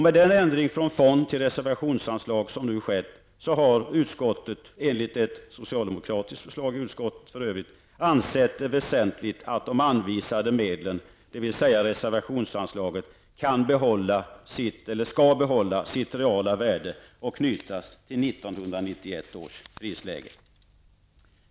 Med den ändring från fond till reservationsanslag som nu skett har utskottet, för övrigt enligt ett socialdemokratiskt förslag i utskottet, ansett det väsentligt att de anvisade medlen, dvs. reservationsanslaget, skall behålla sitt reala värde och knytas till 1991 års prisläge.